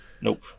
nope